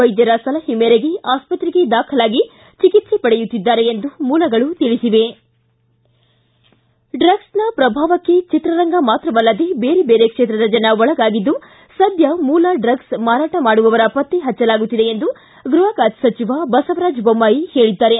ವೈದ್ಯರ ಸಲಹೆ ಮೇರೆಗೆ ಆಸ್ಪತ್ತೆಗೆ ದಾಖಲಾಗಿ ಚಿಕಿತ್ಸೆ ಪಡೆಯುತ್ತಿದ್ದಾರೆ ಎಂದು ಮೂಲಗಳು ತಿಳಿಸಿವೆ ಡ್ರಗ್ಸ್ನ ಪ್ರಭಾವಕ್ಕೆ ಚಿತ್ರರಂಗ ಮಾತ್ರವಲ್ಲದೇ ಬೇರೆ ಬೇರೆ ಕ್ಷೇತ್ರದ ಜನ ಒಳಗಾಗಿದ್ದು ಸದ್ದ ಮೂಲ ಡ್ರಗ್ಸ್ ಮಾರಾಟ ಮಾಡುವವರ ಪತ್ತೆ ಹಚ್ಚಲಾಗುತ್ತಿದೆ ಎಂದು ಗೃಹ ಖಾತೆ ಸಚಿವ ಬಸವರಾಜ್ ಬೊಮ್ಮಾಯಿ ಹೇಳಿದ್ದಾರೆ